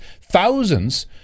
Thousands